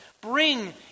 bring